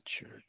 church